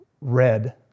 red